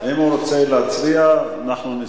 אתה לא חייב, אם הוא רוצה להצביע, אנחנו נשמח.